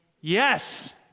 Yes